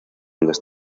las